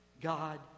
God